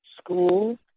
school